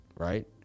Right